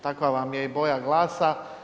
Takva vam je i boja glasa.